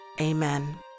Amen